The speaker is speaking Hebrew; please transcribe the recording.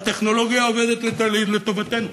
הטכנולוגיה עובדת לטובתנו.